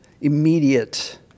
immediate